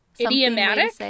Idiomatic